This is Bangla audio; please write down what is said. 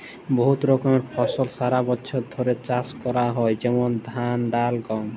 বহুত রকমের ফসল সারা বছর ধ্যরে চাষ ক্যরা হয় যেমল ধাল, ডাল, গম